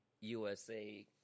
USA